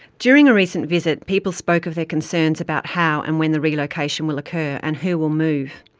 during a recent visit, people spoke of their concerns about how and when the relocation will occur, and who will move.